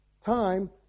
time